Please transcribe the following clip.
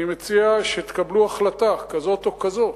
אני מציע שתקבלו החלטה כזאת או כזאת.